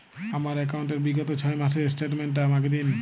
আমার অ্যাকাউন্ট র বিগত ছয় মাসের স্টেটমেন্ট টা আমাকে দিন?